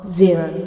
zero